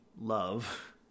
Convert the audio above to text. love